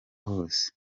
hose